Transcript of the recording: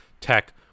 tech